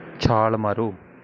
ਛਾਲ ਮਾਰੋ